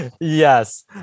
yes